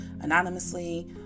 anonymously